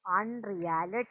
unreality